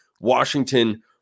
Washington